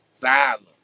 Violence